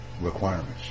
requirements